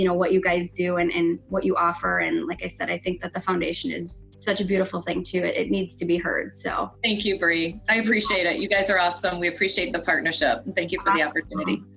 you know what you guys do and and what you offer, and like i said, i think that the foundation is such a beautiful thing too. it needs to be heard, so. thank you, bree. i appreciate it. you guys are awesome. we appreciate the partnership. and thank you for the opportunity.